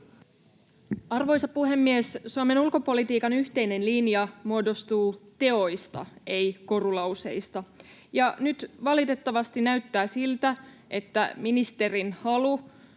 Arvoisa puhemies! Suomen ulkopolitiikan yhteinen linja muodostuu teoista, ei korulauseista, ja nyt valitettavasti näyttää siltä, että ministerin halu